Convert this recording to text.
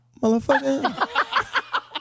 Motherfucker